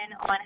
on